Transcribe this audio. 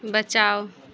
बचाओ